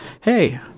hey